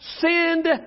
Send